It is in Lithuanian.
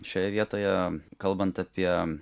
šioje vietoje kalbant apie